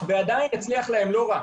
ועדיין הצליח להם לא רע.